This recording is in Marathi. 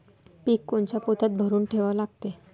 पीक कोनच्या पोत्यात भरून ठेवा लागते?